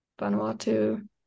Vanuatu